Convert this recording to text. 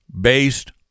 based